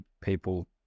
people